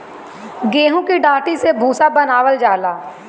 गेंहू की डाठी से भूसा बनावल जाला